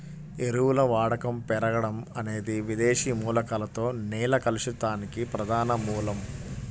ఎరువుల వాడకం పెరగడం అనేది విదేశీ మూలకాలతో నేల కలుషితానికి ప్రధాన మూలం